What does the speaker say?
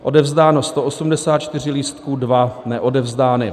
Odevzdáno 184 lístků, 2 neodevzdány.